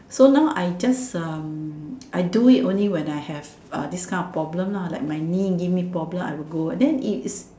so now I just um I do it only when I have this kind of problem ah like my knee give me problem I will go that its